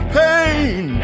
pain